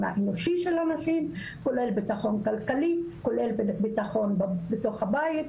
ביטחון כלכלי, כולל ביטחון בתוך הבית.